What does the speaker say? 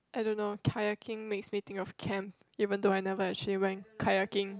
I don't know kayaking makes me think of camp even though I never actually went kayaking